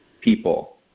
people